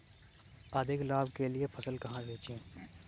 अधिक लाभ के लिए फसल कहाँ बेचें?